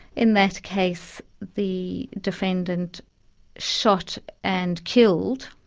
in that case the defendant shot and killed